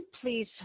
Please